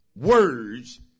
words